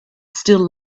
still